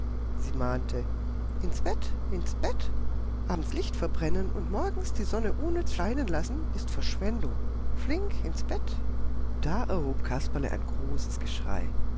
sie mahnte ins bett ins bett abends licht verbrennen und morgens die sonne unnütz scheinen lassen ist verschwendung flink ins bett da erhob kasperle ein großes geschrei